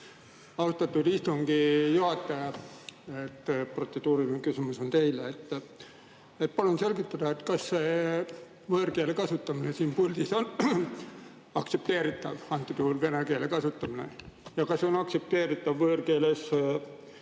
Austatud istungi juhataja! Mul on protseduuriline küsimus teile. Palun selgitage, kas võõrkeele kasutamine siin puldis on aktsepteeritav, antud juhul vene keele kasutamine. Ja kas on aktsepteeritav võõrkeeles